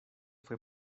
fué